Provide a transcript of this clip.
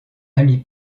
amie